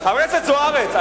חברת הכנסת זוארץ,